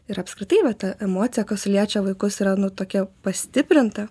ir apskritai va ta emocija kas liečia vaikus yra nu tokia pastiprinta